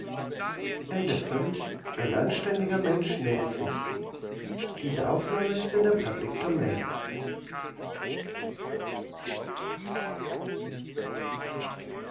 ein anständiger mensch nennt sich dumme